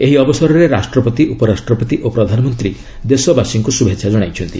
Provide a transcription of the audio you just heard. ଏହି ଅବସରରେ ରାଷ୍ଟ୍ରପତି ଉପରାଷ୍ଟପତି ଓ ପ୍ରଧାନମନ୍ତ୍ରୀ ଦେଶବାସୀଙ୍କ ଶ୍ରଭେଚ୍ଛା ଜଣାଇଛନ୍ତି